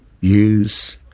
use